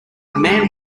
man